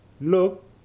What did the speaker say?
look